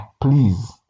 please